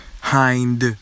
hind